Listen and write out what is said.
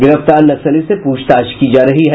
गिरफ्तार नक्सली से पूछताछ की जा रही है